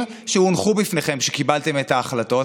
שהונחו בפניכם כשקיבלתם את ההחלטות,